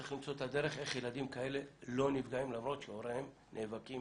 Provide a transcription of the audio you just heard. צריך למצוא את הדרך איך ילדים כאלה לא נפגעים למרות שהוריהם נאבקים